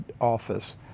office